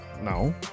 No